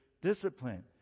discipline